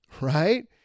right